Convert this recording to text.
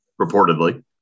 reportedly